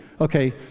Okay